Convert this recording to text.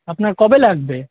আপনার কবে লাগবে